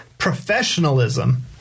Professionalism